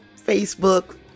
Facebook